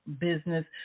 business